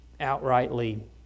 outrightly